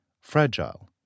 fragile